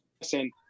listen